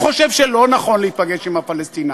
הוא חושב שלא נכון להיפגש עם הפלסטינים.